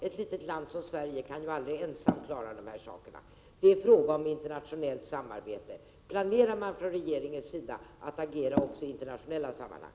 Ett litet land som Sverige kan aldrig ensamt klara av detta. Det måste röra sig om ett internationellt samarbete. Planerar man från regeringens sida att också agera i internationella sammanhang?